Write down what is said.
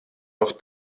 noch